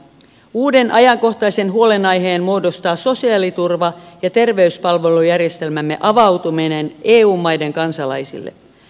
uuden ajankohtaisen huolenaiheen muodostaa sosiaaliturva ja terveyspalvelujärjestelmämme avautuminen eu maiden kansalaisille